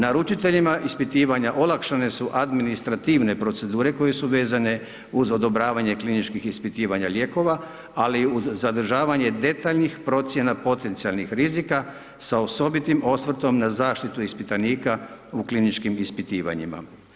Naručiteljima ispitivanja olakšane su administrativne procedure koje su vezane uz odobravanje kliničkih ispitivanja lijekova ali uz zadržavanje detaljnih procjena potencijalnih rizika sa osobitim osvrtom na zaštitu ispitanika u kliničkim ispitivanjima.